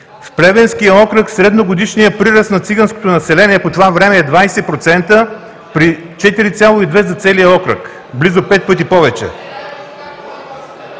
В Плевенски окръг средногодишният прираст на циганското население по това време е 20% при 4,2% за целия окръг – близо 5 пъти повече.